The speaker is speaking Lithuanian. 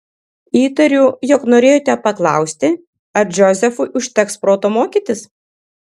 įtariu jog norėjote paklausti ar džozefui užteks proto mokytis